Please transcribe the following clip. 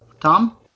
Tom